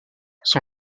son